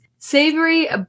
Savory